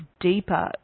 deeper